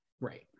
Right